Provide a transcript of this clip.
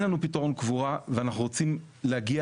אין לנו פתרון קבורה ואנחנו רוצים להגיע